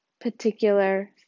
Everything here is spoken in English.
particular